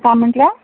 काय म्हटला